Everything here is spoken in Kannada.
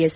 ಎಸ್